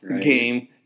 game